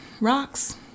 rocks